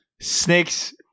Snakes